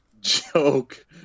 joke